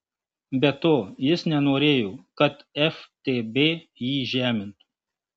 be to jis nenorėjo kad ftb jį žemintų